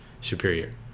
superior